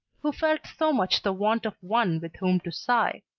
who felt so much the want of one with whom to sigh.